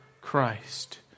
Christ